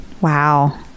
Wow